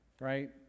Right